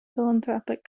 philanthropic